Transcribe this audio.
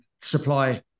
supply